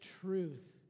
truth